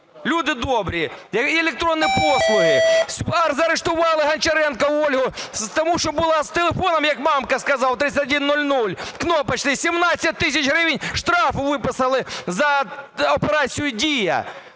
Люди добрі, які електронні послуги? Заарештували Гончаренко Ольгу, тому що була з телефоном, як Мамка сказав, 3100, кнопочний, 17 тисяч гривень штрафу виписали за операцію "Дія".